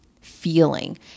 feeling